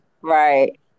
Right